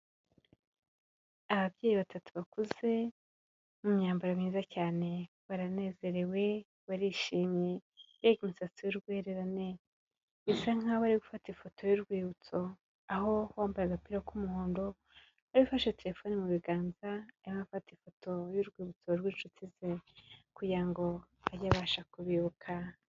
Ababyeyi batatu bakuze mu myambaro myiza cyane baranezerewe, barishimye, mbega imisatsi y'urwererane! Bisa nkaho bari gufata ifoto y'urwibutso, aho uwambaye agapira k'umuhondo ari we ufashe telefoni mu biganza arimo afata ifoto y'urwibutso rw'inshuti ze kugira ngo ajye abasha kubibuka.